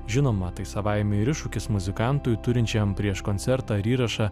žinoma tai savaime ir iššūkis muzikantui turinčiam prieš koncertą ar įrašą